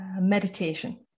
Meditation